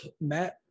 Matt